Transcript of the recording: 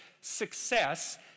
success